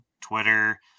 twitter